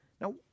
Now